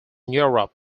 europe